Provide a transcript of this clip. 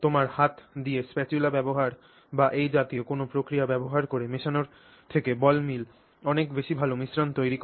তোমার হাত দিয়ে স্প্যাটুলা ব্যবহার বা এই জাতীয় কোনও প্রক্রিয়া ব্যবহার করে মেশানোর থেকে বল মিল অনেক বেশি ভাল মিশ্রণ তৈরি করে